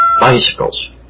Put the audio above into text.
bicycles